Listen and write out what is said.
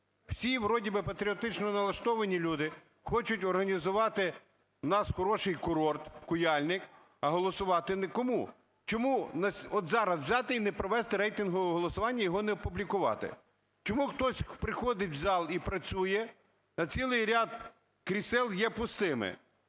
Всі вроді би патріотично налаштовані люди, хочуть організувати в нас хороший курорт Куяльник, а голосувати нікому. Чому от зараз взяти і не провести рейтингове голосування і його не опублікувати? Чому хтось приходить в зал і працює, а цілий ряд крісел є пустими?